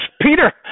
Peter